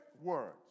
words